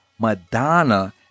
Madonna